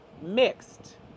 mixed